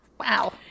Wow